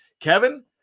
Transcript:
Kevin